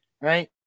Right